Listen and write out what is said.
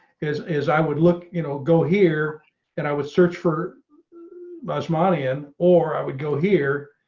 is is i would look you know go here and i would search for basmati in or i would go here